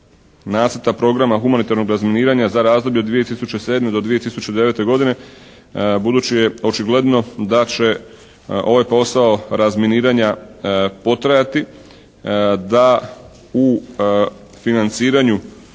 nacrta programa humanitarnog razminiranja za razdoblje od 2007. do 2009. godine. Budući je očigledno da će ovaj posao razminiranja potrajati da u financiranju